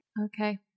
Okay